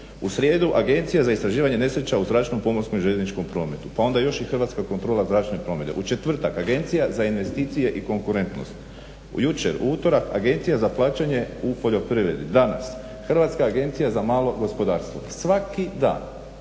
U srijedu Agencija za istraživanje nesreća u zračnom, pomorskom i željezničkom prometu, pa onda još i Hrvatska kontrola zračnog prometa, u četvrtaka Agencija za investicije i konkurentnost, jučer u utorak Agencija za plaćanje u poljoprivredi, danas Hrvatska agencija za malo gospodarstvo. Svaki dan